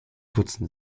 putzen